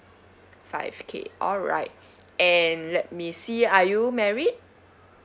five K alright and let me see are you married